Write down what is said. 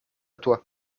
toi